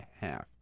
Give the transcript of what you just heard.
half